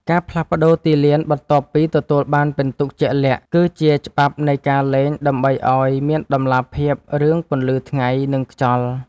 ការផ្លាស់ប្តូរទីលានបន្ទាប់ពីទទួលបានពិន្ទុជាក់លាក់ គឺជាច្បាប់នៃការលេងដើម្បីឱ្យមានតម្លាភាពរឿងពន្លឺថ្ងៃ និងខ្យល់។